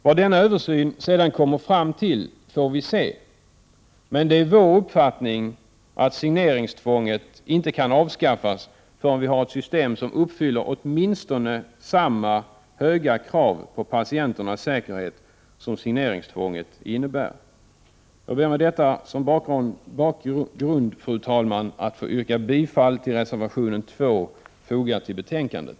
Vad denna översyn sedan kommer fram till får vi se, men det är vår uppfattning att signeringstvånget inte kan avskaffas förrän vi har ett system som uppfyller åtminstone samma höga krav på patienternas säkerhet som signeringstvånget innebär. Jag ber med detta som bakgrund, fru talman, få yrka bifall till reservation 2, fogad till betänkandet.